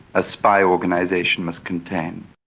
a spy organisation must contain.